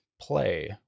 play